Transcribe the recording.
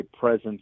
presence